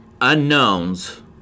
unknowns